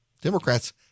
Democrats